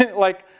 like,